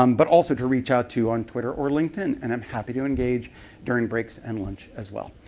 um but also to reach out to on twitter or linked in, and i'm happy to engage during breaks and lunch as well.